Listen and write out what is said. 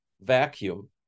vacuum